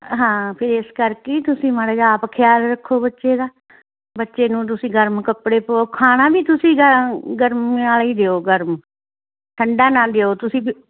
ਹਾਂ ਫਿਰ ਇਸ ਕਰਕੇ ਤੁਸੀਂ ਮਾੜਾ ਜਿਹਾ ਆਪ ਖਿਆਲ ਰੱਖੋ ਬੱਚੇ ਦਾ ਬੱਚੇ ਨੂੰ ਤੁਸੀਂ ਗਰਮ ਕੱਪੜੇ ਪਵਾਓ ਖਾਣਾ ਵੀ ਤੁਸੀਂ ਗਰਮ ਗਰਮੀਆਂ ਵਾਲਾ ਹੀ ਦਿਓ ਗਰਮ ਠੰਡਾ ਨਾ ਦਿਓ ਤੁਸੀਂ ਬਈ